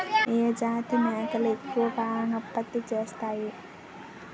ఏ జాతి మేకలు ఎక్కువ పాలను ఉత్పత్తి చేస్తాయి?